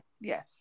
Yes